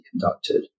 conducted